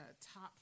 Top